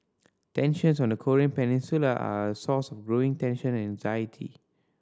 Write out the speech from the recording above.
tensions on the Korean Peninsula are a source of growing tension and anxiety